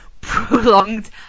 prolonged